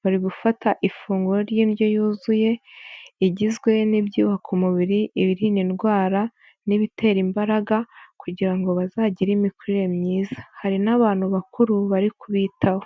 bari gufata ifunguro ry'indyo yuzuye, igizwe n'ibyubaka umubiri, ibirinda indwara n'ibitera imbaraga, kugira ngo bazagire imikurire myiza. Hari n'abantu bakuru bari kubitaho.